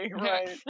right